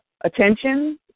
attention